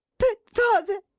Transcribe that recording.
but father!